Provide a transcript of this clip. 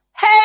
Hey